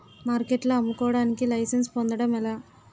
మార్కెట్లో అమ్ముకోడానికి లైసెన్స్ పొందడం ఎలా?